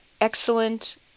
excellent